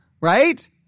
Right